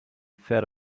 fed